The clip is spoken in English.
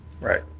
Right